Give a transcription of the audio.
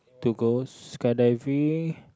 to go skydiving